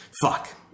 fuck